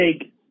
take